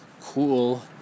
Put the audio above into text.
cool